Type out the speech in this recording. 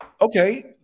Okay